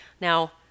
Now